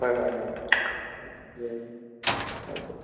হয় হয় হয়